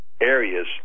areas